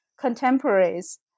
contemporaries